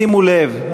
שימו לב,